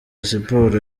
siporo